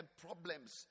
problems